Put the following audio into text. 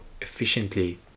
efficiently